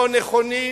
לא נכונים,